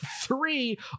three